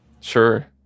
Sure